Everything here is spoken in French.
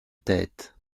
tête